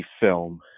film